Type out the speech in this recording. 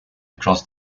across